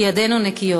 כי ידינו נקיות.